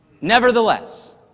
nevertheless